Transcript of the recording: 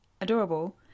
adorable